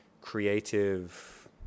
creative